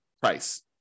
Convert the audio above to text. price